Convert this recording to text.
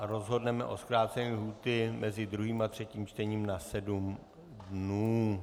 Rozhodneme o zkrácení lhůty mezi druhým a třetím čtením na sedm dnů.